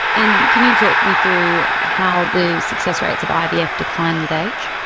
and can you talk me through how the success rates of ivf decline with age?